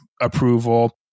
approval